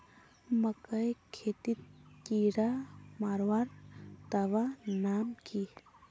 मकई खेतीत कीड़ा मारवार दवा नाम की?